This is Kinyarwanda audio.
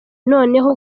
noneho